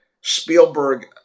Spielberg